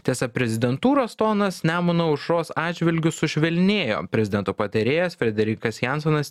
tiesa prezidentūros tonas nemuno aušros atžvilgiu sušvelnėjo prezidento patarėjas frederikas jansonas